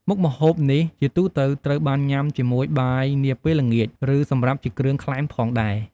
មុខម្ហូបនេះ ជាទូទៅត្រូវបានញ៉ាំជាមួយបាយនាពេលល្ងាចឬសម្រាប់ជាគ្រឿងក្លែមផងដែរ។